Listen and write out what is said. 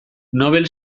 nobel